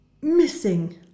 missing